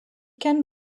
can